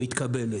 ומתקבלת.